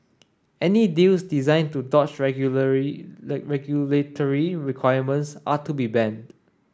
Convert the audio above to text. any deals designed to dodge regulatory requirements are to be banned